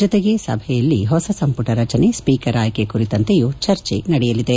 ಜತೆಗೆ ಸಭೆಯಲ್ಲಿ ಹೊಸ ಸಂಪುಟ ರಚನೆ ಸ್ವೀಕರ್ ಆಯ್ಕೆ ಕುರಿತಂತೆಯೂ ಚರ್ಚೆ ನಡೆಯಲಿದೆ